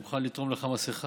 אני מוכן לתרום לך מסכה,